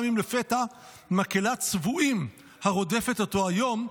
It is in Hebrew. גם אם לפתע מקהלת צבועים הרודפת אותו היום,